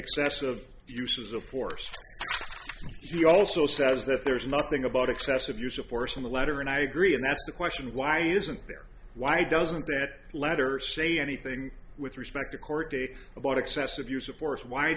excessive uses of force he also says that there's nothing about excessive use of force in the letter and i agree and ask the question why isn't there why doesn't that letter say anything with respect to court date about excessive use of force why